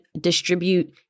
distribute